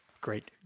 Great